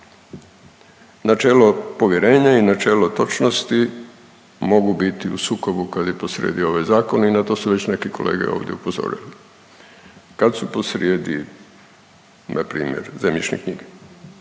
načelo povjerenja i načelo točnosti mogu biti u sukobu kad je posrijedi ovaj Zakon i na to su već neki kolege ovdje upozorili. Kad su posrijedi npr. zemljišne knjige